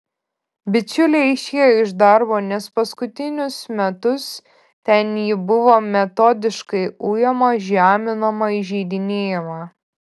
bičiulė išėjo iš darbo nes paskutinius metus ten ji buvo metodiškai ujama žeminama įžeidinėjama